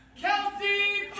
Kelsey